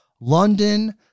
London